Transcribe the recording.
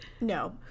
No